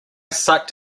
sucked